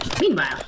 Meanwhile